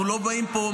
אנחנו לא באים פה,